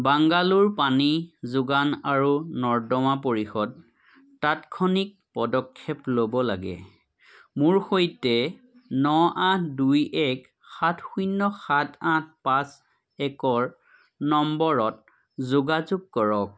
বাংগালোৰ পানী যোগান আৰু নৰ্দমা পৰিষদ তাৎক্ষণিক পদক্ষেপ ল'ব লাগে মোৰ সৈতে ন আঠ দুই এক সাত শূন্য সাত আঠ পাঁচ একৰ নম্বৰত যোগাযোগ কৰক